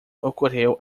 ocorreu